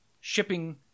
shipping